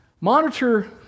Monitor